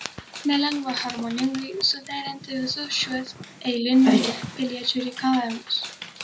nelengva harmoningai suderinti visus šiuos eilinių piliečių reikalavimus